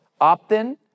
opt-in